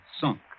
Sunk